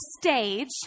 stage